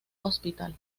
hospital